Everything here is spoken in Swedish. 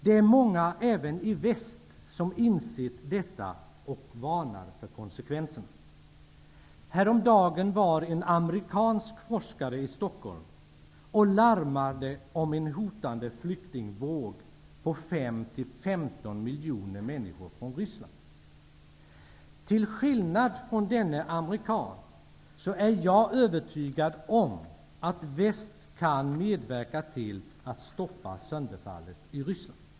Det är många även i väst som har insett detta och som varnar för konsekvenserna. Häromdagen var en amerikansk forskare i Stockholm. Han larmade om en hotande flyktingvåg på 5--15 miljoner människor från Ryssland. Till skillnad från denne amerikan är jag övertygad om att väst kan medverka till att stoppa sönderfallet i Ryssland.